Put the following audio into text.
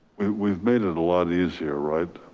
we've made it a lot easier, right?